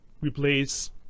replace